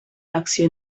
elecció